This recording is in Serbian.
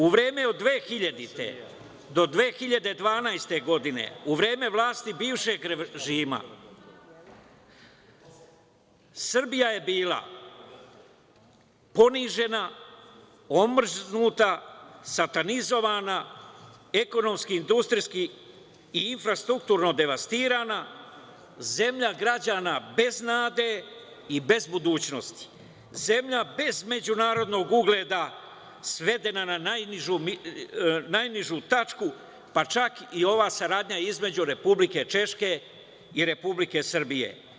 U vreme od 2000. do 2012. godine, u vreme vlasti bivšeg režima Srbija je bila ponižena, omrznuta, satanizovana, ekonomski, industrijski i infrastrukturno devastirana, zemlja građana bez nade i bez budućnosti, zemlja bez međunarodnog ugleda svedena na najnižu tačku, pa čak i ova saradnja između Republike Češke i Republike Srbije.